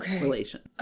relations